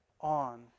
on